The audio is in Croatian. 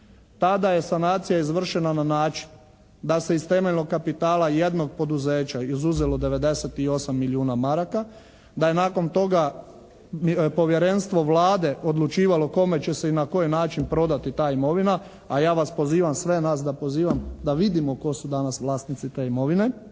tada je sanacija izvršena na način da se iz temeljnog kapitala jednog poduzeća izuzelo 98 milijuna maraka, da je nakon toga povjerenstvo Vlade odlučivalo kome će se i na koji način prodati ta imovina, a ja vas pozivam, sve nas da pozivam da vidimo tko su danas vlasnici te imovine